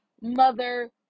mother